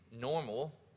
normal